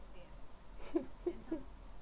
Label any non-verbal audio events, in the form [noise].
[laughs]